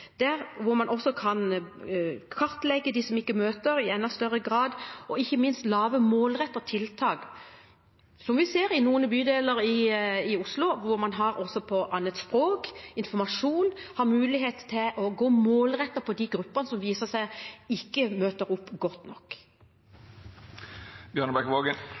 der man i enda større grad kan kartlegge dem som ikke møter, og ikke minst lage målrettede tiltak – slik man ser i noen bydeler i Oslo, hvor man har informasjon også på andre språk og muligheten til å gå målrettet etter de gruppene som det viser seg ikke møter opp godt nok.